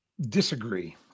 disagree